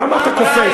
למה אתה קופץ?